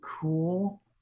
cool